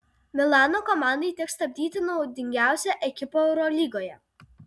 milano komandai teks stabdyti naudingiausią ekipą eurolygoje